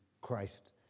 Christ